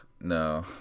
no